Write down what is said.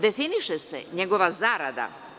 Definiše se njegova zarada.